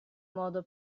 modo